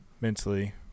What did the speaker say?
mentally